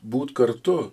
būt kartu